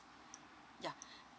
yeah